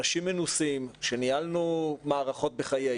אנשים מנוסים שניהלו מערכות בחייהם